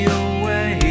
away